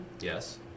Yes